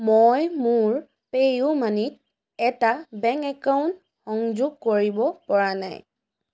মই মোৰ Pay U মানিত এটা বেংক একাউণ্ট সংযোগ কৰিব পৰা নাই